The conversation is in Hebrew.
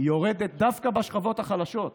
היא יורדת דווקא בשכבות החלשות.